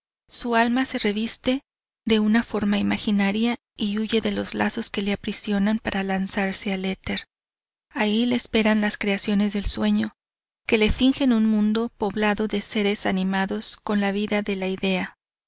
su lama se reviste de una forma imaginaria y huye de los lazos que le aprisionan para lanzarse al éter allí le esperan las creaciones del sueño que le fingen un mundo poblado de seres animados con la vida de la idea